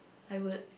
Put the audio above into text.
I would